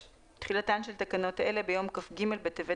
תחילה 6. תחילתן של תקנות אלה ביום כ"ג בטבת